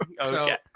Okay